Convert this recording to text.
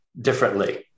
differently